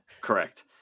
correct